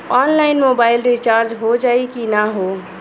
Online mobile recharge हो जाई की ना हो?